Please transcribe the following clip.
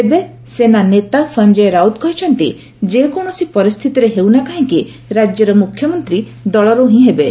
ତେବେ ସେନା ନେତା ସଂଜୟ ରାଉତ କହିଛନ୍ତି ଯେକୌଣସି ପରିସ୍ଥିତିରେ ହେଉନା କାହିଁକି ରାଜ୍ୟର ମୁଖ୍ୟମନ୍ତ୍ରୀ ଦଳର୍ତ୍ତ ହିଁ ହେବେ